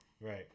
Right